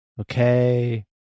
Okay